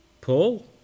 Paul